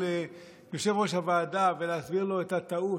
יושב-ראש הוועדה ולהסביר לו את הטעות,